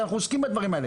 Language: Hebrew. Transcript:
אנחנו עוסקים בדברים האלה.